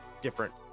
different